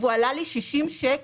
והוא עלה לי 60 שקלים?